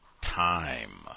time